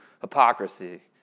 hypocrisy